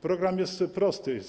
Program jest prosty.